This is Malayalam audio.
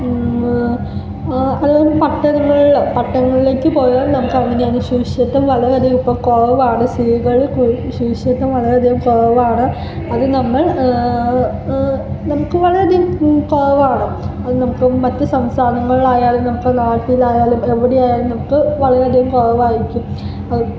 അതേപോലെ പട്ടണങ്ങളിൽ പട്ടണങ്ങളിലേക്ക് പോയാല് നമുക്ക് അങ്ങനെയാണ് സുരക്ഷിതത്വം വളരെയധികം ഇപ്പം കുറവാണ് സ്ത്രീകൾ സുരക്ഷിതത്വം വളരെയധികം കുറവാണ് അത് നമ്മള് നമുക്ക് വളരെയധികം കുറവാണ് നമുക്ക് മറ്റു സംസ്ഥാനങ്ങളായാലും നമുക്ക് നാട്ടിലായാലും എവിടെയായാലും നമുക്ക് വളരെയധികം കുറവായിരിക്കും